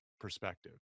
perspective